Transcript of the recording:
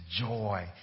joy